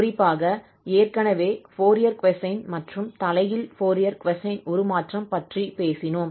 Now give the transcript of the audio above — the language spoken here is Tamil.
குறிப்பாக நாம் ஏற்கனவே ஃபோரியர் கொசைன் மற்றும் தலைகீழ் ஃபோரியர் கொசைன் உருமாற்றம் பற்றி பேசினோம்